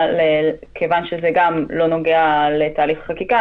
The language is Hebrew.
כיוון שזה גם לא נוגע לתהליך החקיקה,